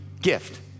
gift